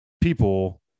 people